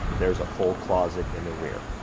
there's a full closet in the rear.